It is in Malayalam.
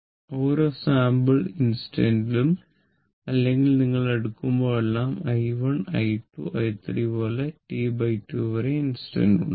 ഓരോ സാമ്പിൾ ഇൻസ്റ്റന്റ് ഉം അല്ലെങ്കിൽ നിങ്ങൾ എടുക്കുമ്പോഴെല്ലാം i1 i2 i3 പോലെ T2 വരെ ഇൻസ്റ്റന്റ് ഉണ്ടാകും